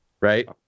Right